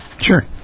Sure